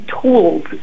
tools